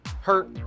hurt